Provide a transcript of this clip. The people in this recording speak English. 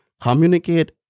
communicate